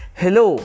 hello